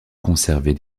conserver